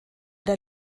der